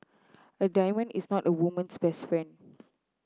a diamond is not a woman's best friend